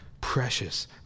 precious